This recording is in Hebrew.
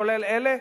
כולל אלה,